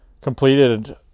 completed